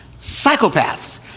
psychopaths